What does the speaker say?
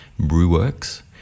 Brewworks